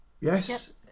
Yes